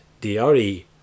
DRE